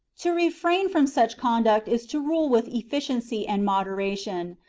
to refrain from such conduct is to rule with efficiency and moderation.